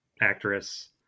actress